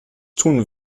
tun